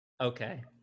Okay